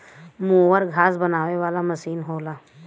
mower घास बनावे वाला मसीन होला